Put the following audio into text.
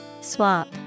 Swap